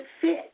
fit